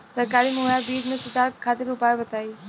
सरकारी मुहैया बीज में सुधार खातिर उपाय बताई?